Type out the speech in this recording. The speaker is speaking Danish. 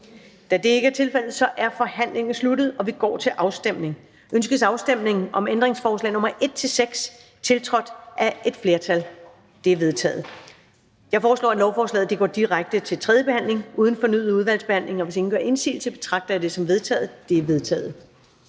Afstemning Første næstformand (Karen Ellemann): Ønskes afstemning om ændringsforslag nr. 1 og 2, tiltrådt af udvalget? De er vedtaget. Jeg foreslår, at lovforslaget går direkte til tredje behandling uden fornyet udvalgsbehandling. Hvis ingen gør indsigelse, betragter jeg dette som vedtaget. Det er vedtaget.